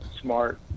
smart